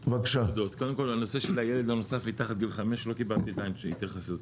הנושא של הילד מתחת לגיל 5 לא קיבלתי עדיין התייחסות.